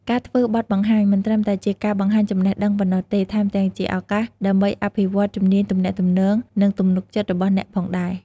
ការធ្វើបទបង្ហាញ មិនត្រឹមតែជាការបង្ហាញចំណេះដឹងប៉ុណ្ណោះទេ ថែមទាំងជាឱកាសដើម្បីអភិវឌ្ឍជំនាញទំនាក់ទំនង និងទំនុកចិត្តរបស់អ្នកផងដែរ។